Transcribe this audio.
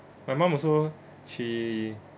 my mum also she